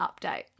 update